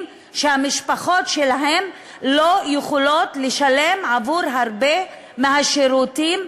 שהמשפחות שלהם לא יכולות לשלם עבור הרבה מהשירותים,